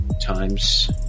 times